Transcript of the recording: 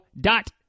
dot